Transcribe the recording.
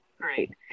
Great